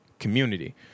community